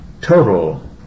total